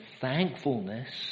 thankfulness